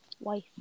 wife